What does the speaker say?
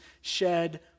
shed